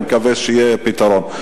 ואני מקווה שיהיה פתרון.